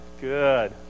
Good